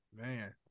Man